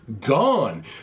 gone